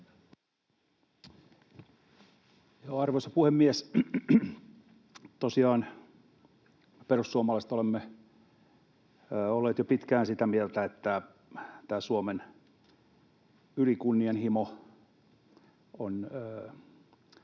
Arvoisa puhemies! Tosiaan me perussuomalaiset olemme olleet jo pitkään sitä mieltä, että tämä Suomen ylikunnianhimo on